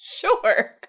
Sure